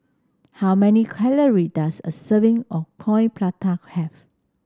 how many calorie does a serving of Coin Prata have